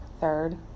third